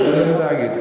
מושאלים לתאגיד.